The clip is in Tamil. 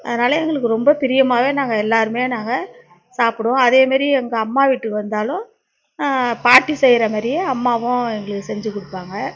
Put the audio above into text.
அதனால எங்களுக்கு ரொம்ப பிரியமாகவே நாங்கள் எல்லோருமே நாங்க சாப்பிடுவோம் அதேமாரி எங்கள் அம்மா வீட்டுக்கு வந்தாலும் பாட்டி செய்றமாரியே அம்மாவும் எங்களுக்கு செஞ்சு கொடுப்பாங்க